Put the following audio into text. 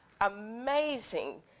amazing